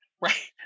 right